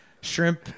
shrimp